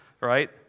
right